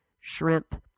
shrimp